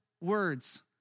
words